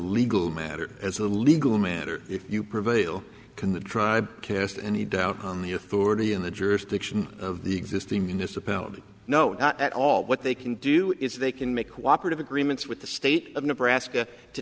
legal matter as a legal matter if you prevail can the drive cast any doubt on the authority in the jurisdiction of the existing municipality no not at all what they can do is they can make cooperative agreements with the state of nebraska to